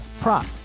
prop